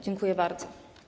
Dziękuję bardzo.